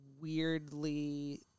weirdly